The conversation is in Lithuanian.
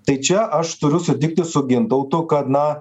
tai čia aš turiu sutikti su gintautu kad na